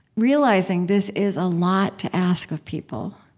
realizing, this is a lot to ask of people,